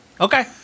Okay